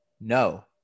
No